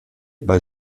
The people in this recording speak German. bei